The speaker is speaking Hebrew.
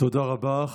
תודה רבה.